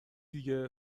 دیگه